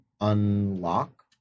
unlock